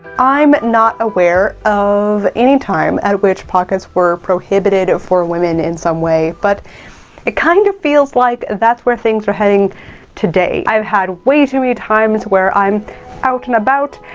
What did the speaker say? i'm not aware of any time at which pockets were prohibited for women in some way, but it kind of feels like that's where things are heading today. i've had way too many times where i'm out and about,